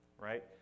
Right